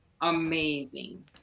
amazing